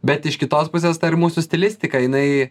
bet iš kitos pusės ta ir mūsų stilistika jinai